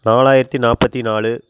நாலாயிரத்தி நாற்பத்தி நாலு